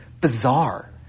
bizarre